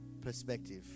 perspective